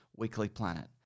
weeklyplanet